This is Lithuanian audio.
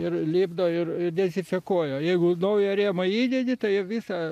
ir lipdo ir dezinfekuoja o jeigu naują rėmą įdedi tai visą